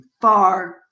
far